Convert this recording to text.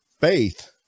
Faith